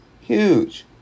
huge